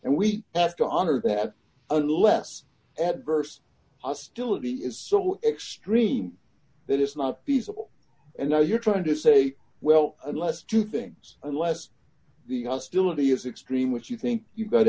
and we have to honor that unless adverse hostility is so extreme that it's not peaceable and now you're trying to say well unless two things unless the hostility is extreme which you think you got